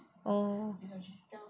oh